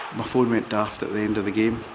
my phone went daft at the end of the game